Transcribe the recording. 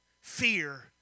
Fear